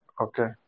Okay